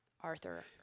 Arthur